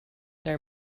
there